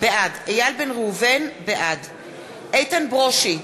בעד איתן ברושי,